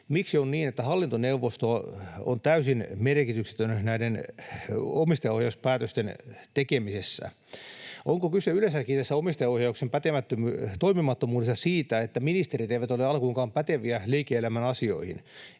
Miksi on niin, että hallintoneuvosto on täysin merkityksetön näiden omistajaohjauspäätösten tekemisessä? Onko tässä omistajaohjauksen toimimattomuudessa yleensäkin kyse siitä, että ministerit eivät ole alkuunkaan päteviä liike-elämän asioissa,